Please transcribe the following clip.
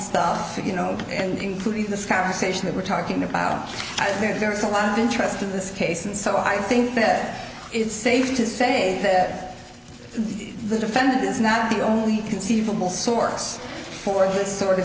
and you know and including this conversation that we're talking about i think there's a lot of interest in this case and so i think that it's safe to say that the defendant is not the only conceivable sorts for this sort of